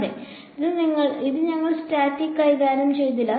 അതെ ഇതിൽ ഞങ്ങൾ സ്റ്റാറ്റിക് കൈകാര്യം ചെയ്യില്ല